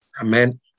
Amen